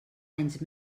anys